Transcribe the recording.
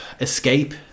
escape